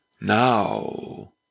Now